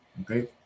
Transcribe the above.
Okay